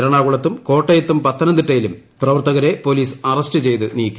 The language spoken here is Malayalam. എറണാകുളത്തും ക്കോട്ടയത്തും പത്തനംതിട്ടയിലും പ്രവർത്തകരെ പോലീസ് അറസ്റ്റു ചെയ്ത് നീക്കി